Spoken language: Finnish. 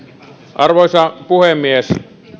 arvoisa puhemies